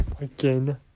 Again